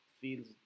feels